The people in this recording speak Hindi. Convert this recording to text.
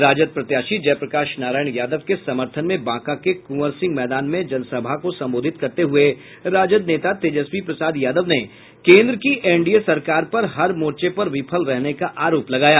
राजद प्रत्याशी जयप्रकाश नारायण यादव के समर्थन में बांका के कुंवर सिंह मैदान में जनसभा को संबोधित करते हुए राजद नेता तेजस्वी प्रसाद यादव ने केन्द्र की एनडीए सरकार पर हर मोर्चे पर विफल रहने का आरोप लगाया